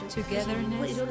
Togetherness